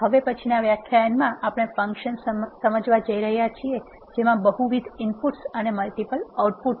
હવે પછીનાં વ્યાખ્યાનમાં આપણે ફંક્શન સમજાવવા જઈ રહ્યા છીએ જેમાં બહુવિધ ઇનપુટ્સ અને મલ્ટીપલ આઉટપુટ છે